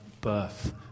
birth